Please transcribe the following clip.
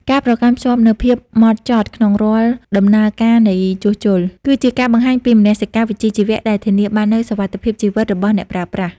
ការប្រកាន់ខ្ជាប់នូវភាពហ្មត់ចត់ក្នុងរាល់ដំណាក់កាលនៃជួសជុល គឺជាការបង្ហាញពីមនសិការវិជ្ជាជីវៈដែលធានាបាននូវសុវត្ថិភាពជីវិតរបស់អ្នកប្រើប្រាស់។